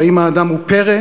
האם האדם הוא פרא?